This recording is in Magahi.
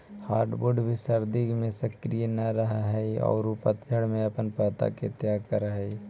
हार्डवुड भी सर्दि में सक्रिय न रहऽ हई औउर पतझड़ में अपन पत्ता के त्याग करऽ हई